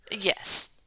Yes